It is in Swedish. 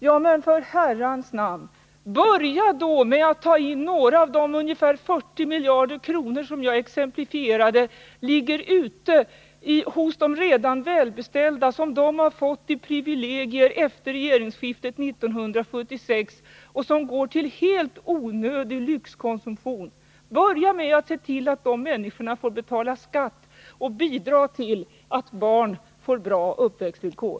Ja men, i Herrans namn — börja då med att ta in några av de ungefär 40 miljarder kronor som jag exemplifierade ligger ute hos de redan välbeställda, pengar som de har fått som privilegier efter regeringsskiftet 1976 och som går till helt onödig lyxkonsumtion. Börja med att se till att de människorna betalar skatt och bidrar till att barn får bra uppväxtvillkor.